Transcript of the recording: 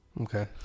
Okay